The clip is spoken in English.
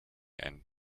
and